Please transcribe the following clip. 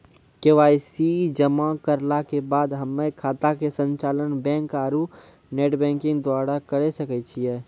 KYC जमा करला के बाद हम्मय खाता के संचालन बैक आरू नेटबैंकिंग द्वारा करे सकय छियै?